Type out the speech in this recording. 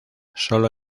sólo